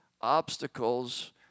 obstacles